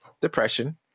depression